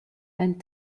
and